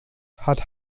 hat